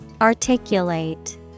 Articulate